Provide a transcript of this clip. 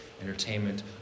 entertainment